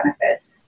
benefits